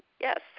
Yes